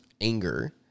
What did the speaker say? anger